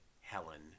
Helen